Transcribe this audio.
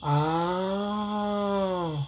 ah